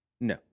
No